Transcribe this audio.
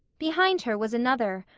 behind her was another,